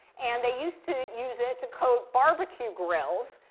and they used to use it to coat barbecue grills.